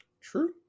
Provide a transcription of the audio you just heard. True